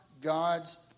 God's